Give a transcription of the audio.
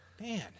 man